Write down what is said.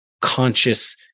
conscious